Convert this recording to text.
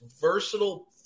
versatile